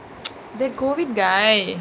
the COVID guy